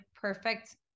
perfect